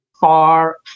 far